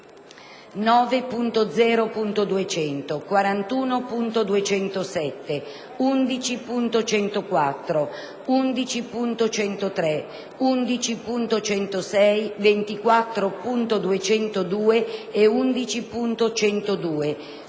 9.0.200, 41.207, 11.104, 11.103, 11.106, 24.202 e 11.102,